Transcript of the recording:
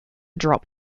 drop